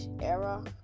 era